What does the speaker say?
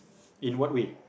in what way